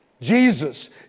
Jesus